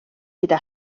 gyda